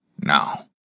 Now